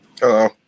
Hello